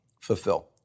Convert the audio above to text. fulfill